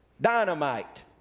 dynamite